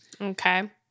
Okay